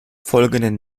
folgenden